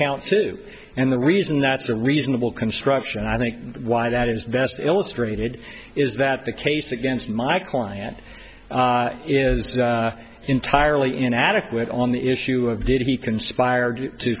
count two and the reason that's a reasonable construction i think why that is best illustrated is that the case against my client is entirely inadequate on the issue of did he